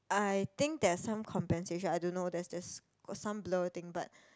I think there's some compensation I don't know there's just some got some blur thing but